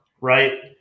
right